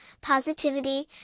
positivity